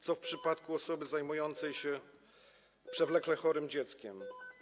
Co w przypadku osoby zajmującej się przewlekle chorym dzieckiem?